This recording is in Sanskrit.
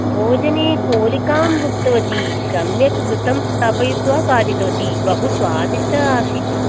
भोजने पोलिकां भुक्तवति सम्यक् घृतं स्थापयित्वा कादितवति बहु स्वादिष्टः आसीत्